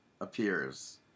appears